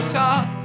talk